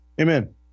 Amen